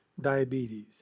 diabetes